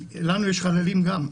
לנו יש חללים גם,